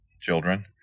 children